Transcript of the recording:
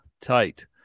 tight